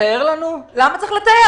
למה צריך לתאר?